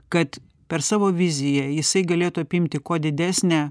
kad per savo viziją jisai galėtų apimti kuo didesnę